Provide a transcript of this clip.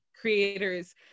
creators